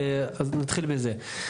אז נתחיל בזה.